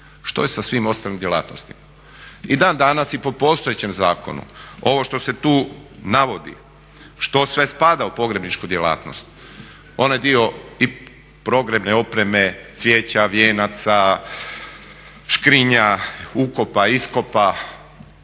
Što je sa svim ostalim djelatnostima? I dan danas i po postojećem zakonu ovo što se tu navodi što sve spada u pogrebničku djelatnost, onaj dio i pogrebne opreme, cvijeća, vijenaca, škrinja, ukopa, iskopa,